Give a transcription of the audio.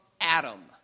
Adam